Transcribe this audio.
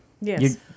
Yes